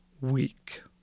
week